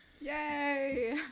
Yay